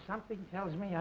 something tells me